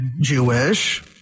Jewish